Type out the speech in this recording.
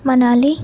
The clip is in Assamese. মানালি